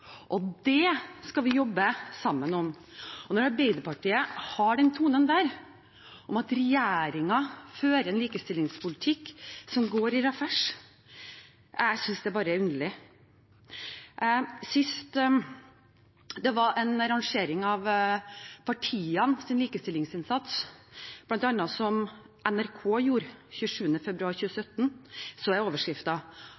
og dem skal vi jobbe sammen om. Når Arbeiderpartiet tar den tonen – om at regjeringen fører en likestillingspolitikk som går i revers – synes jeg bare det er underlig. Sist det var en rangering av partienes likestillingsinnsats, som bl.a. NRK gjorde 27. februar